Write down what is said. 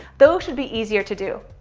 those should be easier to do.